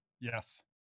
yes